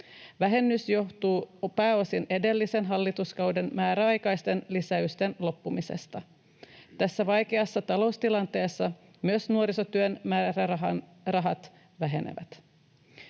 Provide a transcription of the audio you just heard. Vähennys johtuu pääosin edellisen hallituskauden määräaikaisten lisäysten loppumisesta. Tässä vaikeassa taloustilanteessa myös nuorisotyön määrärahat vähenevät.